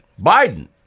Biden